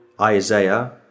Isaiah